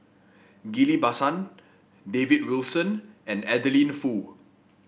Ghillie Basan David Wilson and Adeline Foo